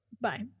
Bye